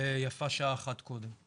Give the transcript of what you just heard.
ויפה שעה אחת קודם.